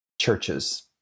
churches